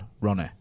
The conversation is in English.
Ronnie